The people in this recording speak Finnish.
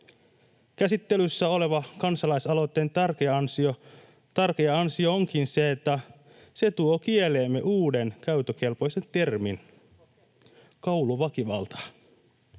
Käsittelyssä olevan kansalaisaloitteen tärkeä ansio onkin se, että se tuo kieleemme uuden käyttökelpoisen termin: kouluväkivalta.